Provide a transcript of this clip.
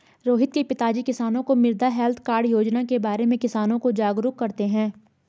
रोहित के पिताजी किसानों को मृदा हैल्थ कार्ड योजना के बारे में किसानों को जागरूक करते हैं